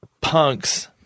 Punks